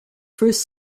first